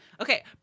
Okay